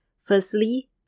Firstly